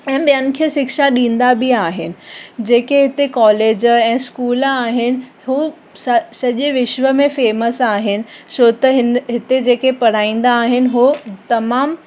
ऐं ॿियनि खे शिक्षा ॾींदा बि आहिनि जेके हिते कॉलेज ऐं स्कूल आहिनि हू स सॼे विश्व में फ़ेमस आहिनि छो त हिन हिते जेके पढ़ाईंदा आहिनि हो तमामु